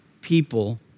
people